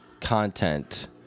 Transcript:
content